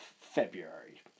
February